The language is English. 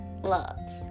loves